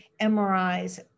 MRIs